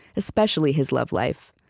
especially his love life.